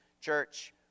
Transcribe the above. church